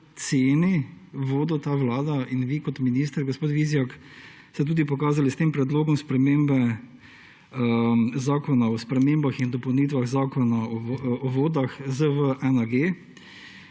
vlada in vi kot minister, gospod Vizjak, ste tudi pokazali s tem predlogom spremembe Zakona o spremembah in dopolnitvah Zakona o vodah, ZV-1G,